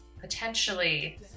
potentially